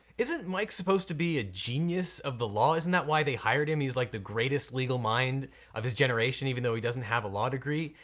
isn't mike supposed to be a genius of the law? isn't that why they hired him? he's like the greatest legal mind of his generation even though he doesn't have a law degree?